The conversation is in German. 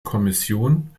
kommission